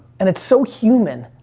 and it's so human.